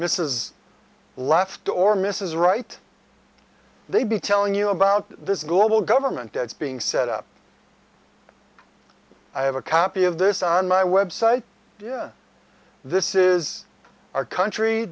mrs left or mrs right they'd be telling you about this global government that's being set up i have a copy of this on my website yeah this is our country